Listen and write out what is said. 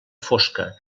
fosca